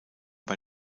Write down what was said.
bei